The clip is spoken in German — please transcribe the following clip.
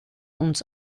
uns